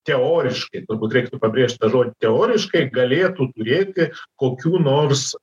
teoriškai turbūt reiktų pabrėžt tą žodį teoriškai galėtų turėti kokių nors